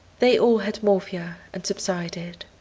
they all had morphia, and subsided.